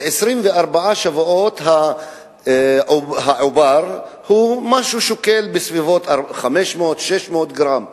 ב-24 שבועות העובר הוא משהו ששוקל בסביבות 500 600 גרם.